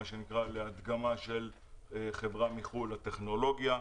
הדגמה של חברה מחו"ל לטכנולוגיה,